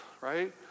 right